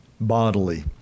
bodily